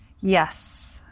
yes